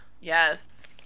Yes